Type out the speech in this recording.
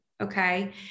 Okay